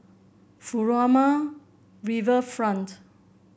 Furama Riverfront